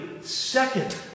second